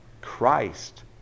Christ